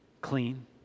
clean